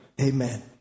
amen